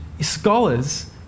scholars